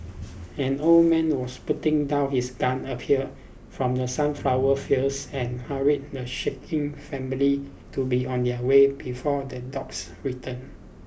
an old man was putting down his gun appeared from the sunflower fields and hurried the shaken family to be on their way before the dogs return